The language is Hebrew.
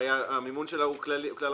הרי המימון שלה הוא כלל ארצי.